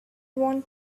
want